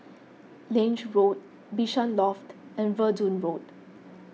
Lange Road Bishan Loft and Verdun Road